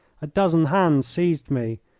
a dozen hands seized me,